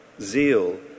Zeal